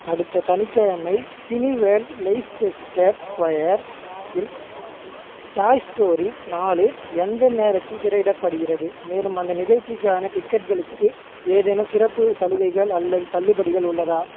அடுத்த சனிக்கிழமை Cineworld Leicester Square இல் டாய் ஸ்டோரி நாலு எந்த நேரத்தில் திரையிடப்படுகிறது மேலும் அந்த நிகழ்ச்சிக்கான டிக்கெட்களுக்கு ஏதேனும் சிறப்பு சலுகைகள் அல்லது தள்ளுபடிகள் உள்ளதா